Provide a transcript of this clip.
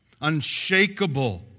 unshakable